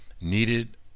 needed